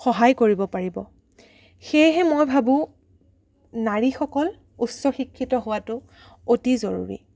সহায় কৰিব পাৰিব সেয়েহে মই ভাবো নাৰীসকল উচ্চ শিক্ষিত হোৱাতো অতি জৰুৰী